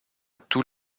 tous